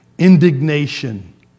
indignation